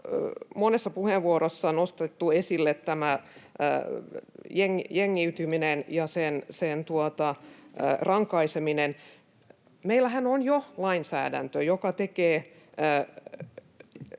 monessa puheenvuorossa nostettu esille jengiytyminen ja sen rankaiseminen. Meillähän on jo lainsäädäntö, joka tekee